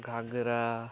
ଘାଗରା